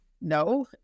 no